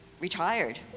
retired